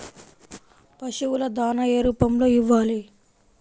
పశువుల దాణా ఏ రూపంలో ఇవ్వాలి?